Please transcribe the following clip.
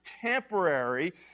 temporary